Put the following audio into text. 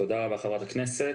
תודה רבה, חברת הכנסת.